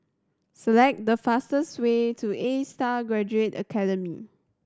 select the fastest way to Astar Graduate Academy